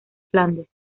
flandes